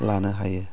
लानो हायो